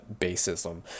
basism